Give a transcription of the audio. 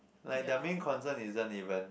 like their main concern isn't even